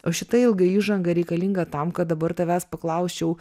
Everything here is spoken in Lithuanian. o šita ilga įžanga reikalinga tam kad dabar tavęs paklausčiau